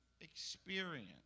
experience